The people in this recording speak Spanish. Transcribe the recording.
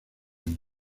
año